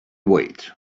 wait